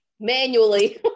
manually